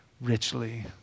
richly